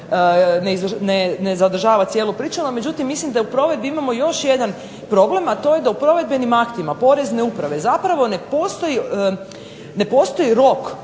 ne zadržava cijelu priču, no međutim, mislim da u provedbi imamo još jedan problem a to je da u provedbenim aktima porezne uprave, zapravo ne postoji rok